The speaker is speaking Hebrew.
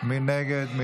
מי נגד?